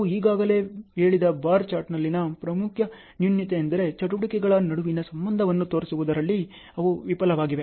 ನಾವು ಈಗಾಗಲೇ ಹೇಳಿದ ಬಾರ್ ಚಾರ್ಟ್ನಲ್ಲಿನ ಪ್ರಮುಖ ನ್ಯೂನತೆಯೆಂದರೆ ಚಟುವಟಿಕೆಗಳ ನಡುವಿನ ಸಂಬಂಧವನ್ನು ತೋರಿಸುವುದರಲ್ಲಿ ಅವು ವಿಫಲವಾಗಿವೆ